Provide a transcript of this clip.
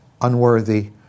unworthy